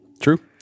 True